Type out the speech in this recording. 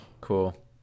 Cool